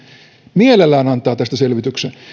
mielellään antaa tästä selvityksen